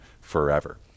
forever